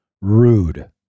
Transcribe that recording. rude